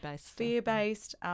fear-based